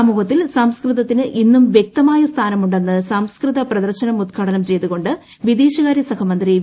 സമൂഹത്തിൽ സംസ്കൃതത്തിന് ഇന്നും വൃക്തമായ സ്ഥാനമുണ്ടെന്ന് സംസ്കൃത പ്രദർശനം ഉദ്ഘാടനം ചെയ്തുകൊണ്ട് വിദേശകാരൃ സഹമന്ത്രി വി